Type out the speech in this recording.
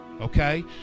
Okay